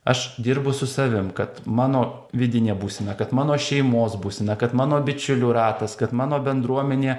aš dirbu su savim kad mano vidinė būsena kad mano šeimos būsena kad mano bičiulių ratas kad mano bendruomenė